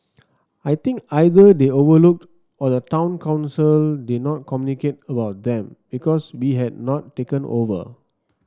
I think either they overlooked or the town council did not communicate with them because we had not taken over